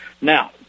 Now